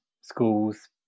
schools